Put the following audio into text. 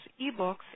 eBooks